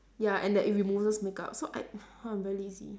ya and that it removes makeup so I !huh! I'm very lazy